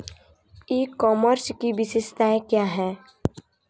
ई commerce की विशेषताएं क्या हैं?